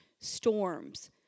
Storms